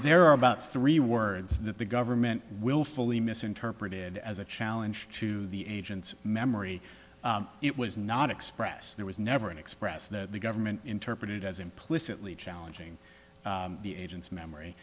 there are about three words that the government willfully misinterpreted as a challenge to the agent's memory it was not expressed there was never an express the government interpreted as implicitly challenging the agent's